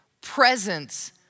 presence